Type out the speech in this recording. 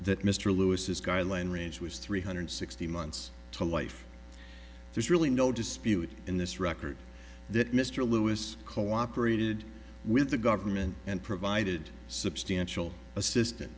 that mr lewis is guideline range was three hundred sixty months to life there's really no dispute in this record that mr lewis cooperated with the government and provided substantial assistan